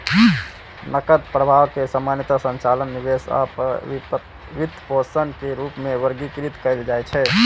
नकद प्रवाह कें सामान्यतः संचालन, निवेश आ वित्तपोषण के रूप मे वर्गीकृत कैल जाइ छै